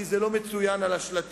כי זה לא מצוין על השלטים.